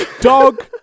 Dog